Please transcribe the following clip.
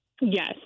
Yes